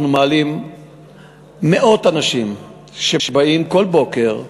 אנחנו מעלים מאות אנשים שבאים כל בוקר.